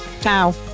Ciao